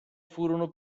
furono